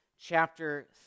chapter